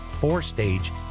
four-stage